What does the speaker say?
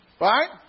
Right